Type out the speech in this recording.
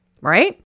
right